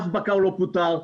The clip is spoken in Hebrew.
אף בקר לא פוטר.